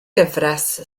gyfres